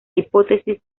hipótesis